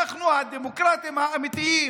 אנחנו הדמוקרטים האמיתיים.